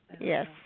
Yes